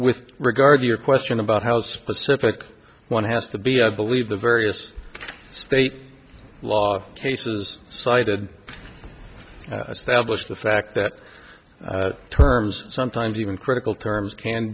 with regard to your question about how specific one has to be i believe the various state law cases cited a stablished the fact that the terms sometimes even critical terms can